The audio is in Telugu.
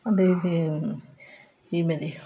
అదే అది ఈమెది